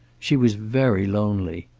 she was very lonely.